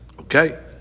Okay